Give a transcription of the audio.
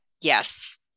yes